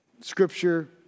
Scripture